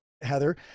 Heather